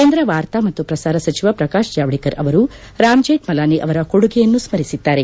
ಕೇಂದ್ರ ವಾರ್ತಾ ಮತ್ತು ಪ್ರಸಾರ ಸಚಿವ ಪ್ರಕಾಶ್ ಜಾವಡೇಕರ್ ಅವರು ರಾಮ್ ಜೇಕ್ಷಲಾನಿ ಅವರ ಕೊಡುಗೆಯನ್ನು ಸ್ಕರಿಸಿದ್ದಾರೆ